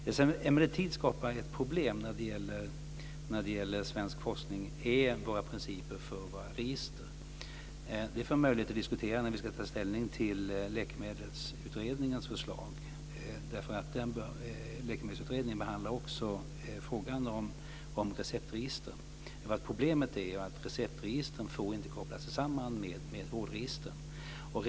Det som emellertid skapar ett problem när det gäller svensk forskning är de principer vi har för våra register. Det får vi möjlighet att diskutera när vi ska ta ställning till Läkemedelsutredningens förslag. Läkemedelsutredningen behandlar också frågan om receptregistren. Problemet är ju att receptregistren inte får kopplas samman med vårdregistren.